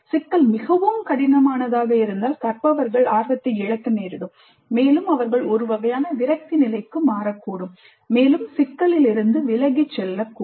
சிக்கல் மிகவும் கடினமானதாக இருந்தால் கற்பவர்கள் ஆர்வத்தை இழக்க நேரிடும் மேலும் அவர்கள் ஒரு வகையான விரக்தி நிலைக்கு மாறக்கூடும் மேலும் சிக்கலில் இருந்து விலகிச் செல்லக்கூடும்